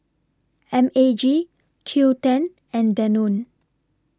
M A G Qoo ten and Danone